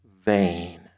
vain